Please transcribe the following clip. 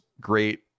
great